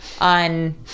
on